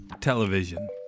television